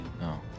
no